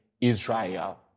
Israel